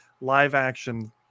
live-action